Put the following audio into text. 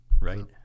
Right